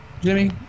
Jimmy